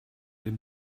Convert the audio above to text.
dem